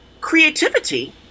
creativity